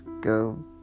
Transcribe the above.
go